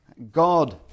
God